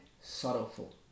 sorrowful